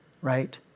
right